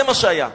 זה מה שהיה.